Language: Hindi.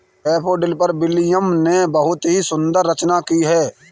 डैफ़ोडिल पर विलियम ने बहुत ही सुंदर रचना की है